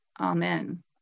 Amen